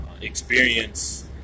experience